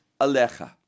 Alecha